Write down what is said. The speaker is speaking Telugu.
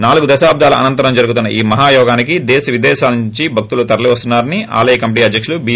నాలుగు దశాబ్దాల అనంతరం జరుగుతున్న ఈ మహాయోగానికి దేశవిదేశాల నుండి భక్తులు తరలీ వస్తున్నా రని ఆలయ కమిటీ అధ్వక్షులు బి